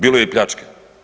Bilo je i pljačke.